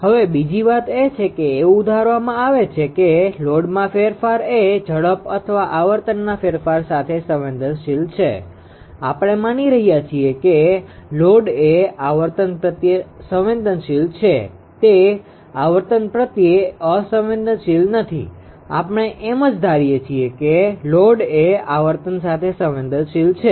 હવે બીજી વાત એ છે કે એવું ધારવામાં આવે છે કે લોડમાં ફેરફાર એ ઝડપ અથવા આવર્તનના ફેરફાર સાથે સંવેદનશીલ છે આપણે માની રહ્યા છીએ કે લોડ એ આવર્તન પ્રત્યે સંવેદનશીલ છે તે આવર્તન પ્રત્યે અસંવેદનશીલ નથી આપણે એમ જ ધારીએ છીએ કે લોડ એ આવર્તન સાથે સંવેદનશીલ છે